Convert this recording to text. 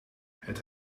het